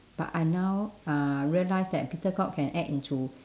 but I now uh realised that bittergourd can add into